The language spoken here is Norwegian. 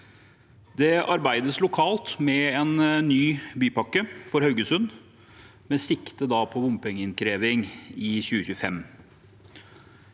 Det arbeides lokalt med en ny bypakke for Haugesund med sikte på bompengeinnkreving i 2025.